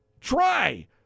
try